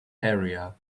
area